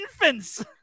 infants